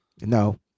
No